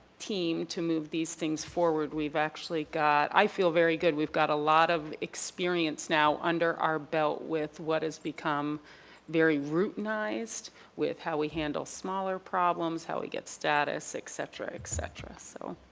team to move these things forward. we've actually got i feel very good, we've got a lot of experience now under our belt with what has become very rootenized with how we handle smaller problems, how we get status, et cetera, et cetera. so